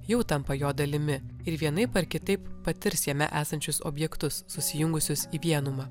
jau tampa jo dalimi ir vienaip ar kitaip patirs jame esančius objektus susijungusius į vienumą